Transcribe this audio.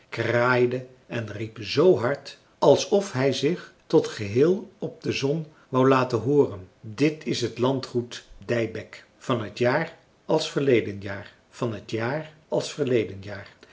kraaide en riep z hard alsof hij zich tot geheel op de zon wou laten hooren dit is t landgoed dybeck van t jaar als verleden jaar van t jaar als verleden jaar